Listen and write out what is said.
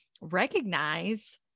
recognize